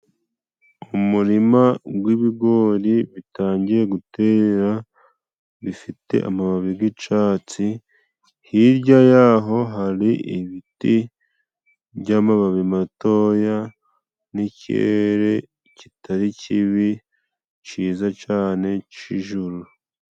Umurima gw'ibigori bitangiye guterera, bifite amababi g'icatsi. Hirya yaho hari ibiti by'amababi matoya n'ikirere kitari kibi, ciza cane, c'ijuru.